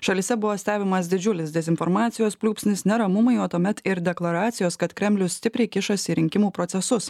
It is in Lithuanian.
šalyse buvo stebimas didžiulis dezinformacijos pliūpsnis neramumai o tuomet ir deklaracijos kad kremlius stipriai kišasi į rinkimų procesus